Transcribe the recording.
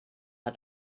hat